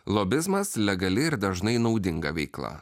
lobizmas legali ir dažnai naudinga veikla